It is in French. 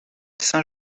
saint